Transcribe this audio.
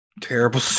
terrible